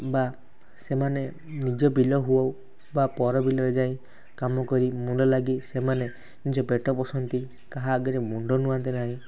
ବା ସେମାନେ ନିଜ ବିଲ ହଉ ବା ପର ବିଲରେ ଯାଇ କାମ କରି ମୁଲ ଲାଗି ସେମାନେ ନିଜ ପେଟ ପୋଷନ୍ତି କାହା ଆଗରେ ମୁଣ୍ଡ ନୁଆନ୍ତି ନାହିଁ